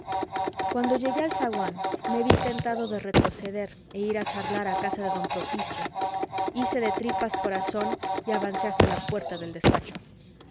cuando llegué al zaguán me ví tentado de retroceder e ir a charlar a casa de don procopio hice de tripas corazón y avancé hasta la puerta del despacho